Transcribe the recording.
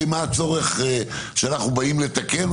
מה הצורך כשאנחנו באים לתקן?